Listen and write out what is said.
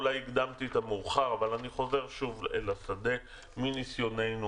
אולי הקדמתי את המאוחר אבל אני חוזר שוב לשדה: מניסיוננו,